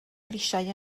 grisiau